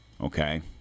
Okay